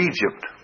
Egypt